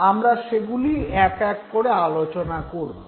আমরা সেগুলি এক এক করে আলোচনা করব